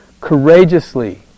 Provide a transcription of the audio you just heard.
courageously